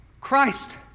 Christ